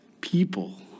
people